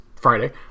Friday